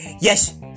Yes